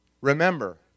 Remember